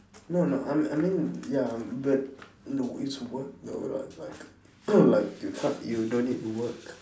no no I mean I mean ya but no it's work though like like like you ca~ you don't need to work